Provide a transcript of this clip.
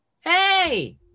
Hey